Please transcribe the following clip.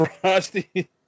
Frosty